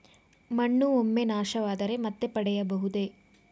ಮಣ್ಣು ಒಮ್ಮೆ ನಾಶವಾದರೆ ಮತ್ತೆ ಪಡೆಯಬಹುದೇ?